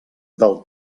del